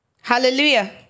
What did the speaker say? Hallelujah